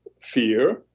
fear